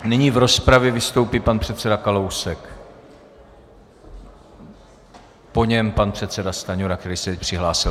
Nyní v rozpravě vystoupí pan předseda Kalousek, po něm pan předseda Stanjura, který se teď přihlásil.